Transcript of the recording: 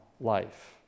life